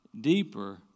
deeper